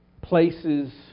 places